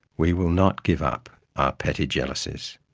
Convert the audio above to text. we will not give up our petty jealousies,